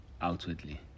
outwardly